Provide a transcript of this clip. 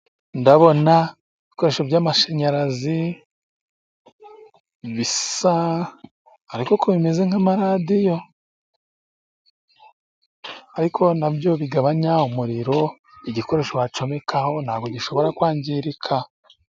Ndabona ibikoresho by'amashanyarazi bisa ariko ko bimeze nk'amaradiyo, ariko nabyo bigabanya umuriro, igikoresho wacomeka ntabwo gishobora kwangirika.